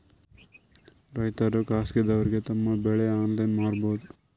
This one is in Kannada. ರೈತರು ಖಾಸಗಿದವರಗೆ ತಮ್ಮ ಬೆಳಿ ಆನ್ಲೈನ್ ಮಾರಬಹುದು?